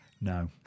No